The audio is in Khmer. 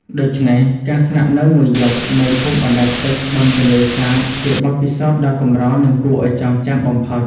ដូច្នេះ ការស្នាក់នៅមួយយប់នៅភូមិបណ្ដែតទឹកបឹងទន្លេសាបជាបទពិសោធន៍ដ៏កម្រ និងគួរឱ្យចងចាំបំផុត។